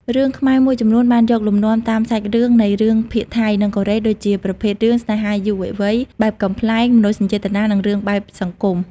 រឿងខ្មែរមួយចំនួនបានយកលំនាំតាមសាច់រឿងនៃរឿងភាគថៃ និងកូរ៉េ ដូចជាប្រភេទរឿង ស្នេហាយុវវ័យ បែបកំប្លែង មនោសញ្ចេតនា និងរឿងបែបសង្គម។